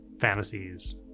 fantasies